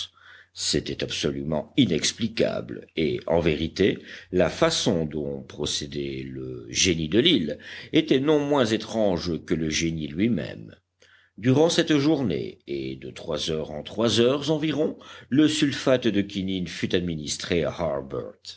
c'était absolument inexplicable et en vérité la façon dont procédait le génie de l'île était non moins étrange que le génie lui-même durant cette journée et de trois heures en trois heures environ le sulfate de quinine fut administré